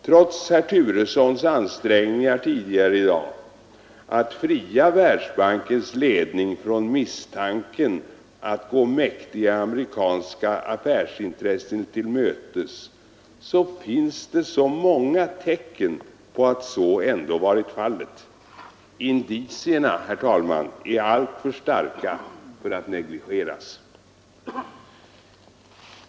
Trots herr Turessons ansträngningar tidigare i dag att fria Världsbankens ledning från misstanken att gå mäktiga amerikanska affärsintressen till mötes finns det många tecken på att så ändå är fallet. Indicierna, herr talman, är alltför starka för att negligeras.